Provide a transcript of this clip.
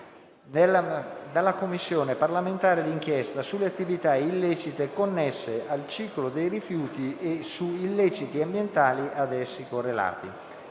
dalla Commissione parlamentare di inchiesta sulle attività illecite connesse al ciclo dei rifiuti e su illeciti ambientali ad esse correlati***